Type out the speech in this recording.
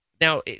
now